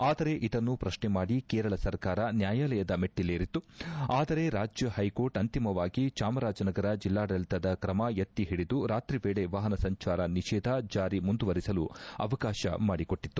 ಆದರೆ ಇದನ್ನು ಪ್ರಕ್ಷ್ಮ ಮಾಡಿ ಕೇರಳ ಸರ್ಕಾರ ನ್ಯಾಯಾಲಯದ ಮೆಟ್ವಲೇರಿತ್ತು ಆದರೆ ರಾಜ್ಯ ಪೈಕೋರ್ಟ್ ಅಂತಿಮವಾಗಿ ಚಾಮರಾಜನಗರ ಜಿಲ್ಲಾಡಳಿತದ ಕ್ರಮ ಎತ್ತಿಹಿಡಿದು ರಾತ್ರಿವೇಳೆ ವಾಹನ ಸಂಚಾರ ನಿಷೇಧ ಜಾರಿ ಮುಂದುವರೆಸಲು ಅವಕಾಶ ಮಾಡಿಕೊಟ್ಟಿತ್ತು